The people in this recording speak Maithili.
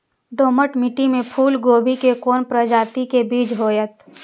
दोमट मिट्टी में फूल गोभी के कोन प्रजाति के बीज होयत?